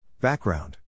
Background